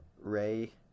Ray